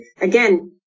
again